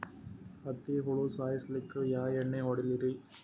ಹತ್ತಿ ಹುಳ ಸಾಯ್ಸಲ್ಲಿಕ್ಕಿ ಯಾ ಎಣ್ಣಿ ಹೊಡಿಲಿರಿ?